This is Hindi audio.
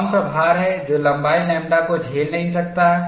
कौन सा भार है जो लंबाई लैम्ब्डा को झेल नहीं सकता है